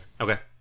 Okay